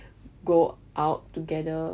go out together